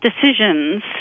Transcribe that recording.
decisions